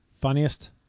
Funniest